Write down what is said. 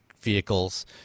vehicles